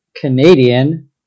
Canadian